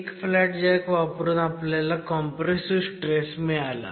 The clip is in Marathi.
एक फ्लॅट जॅक वापरून आपल्याला कॉम्प्रेसिव्ह स्ट्रेस मिळाला